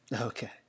Okay